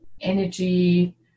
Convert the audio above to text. energy